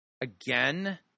Again